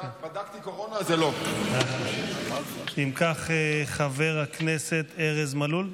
אם כך, חבר הכנסת ארז מלול,